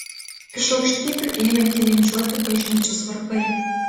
iš aukštybių ėmė tilindžiuoti bažnyčios varpai